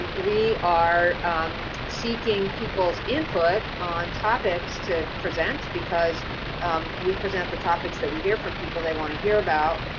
um we are seeking people's input on topics to present because um we present the topics that we hear from people they wanna hear about.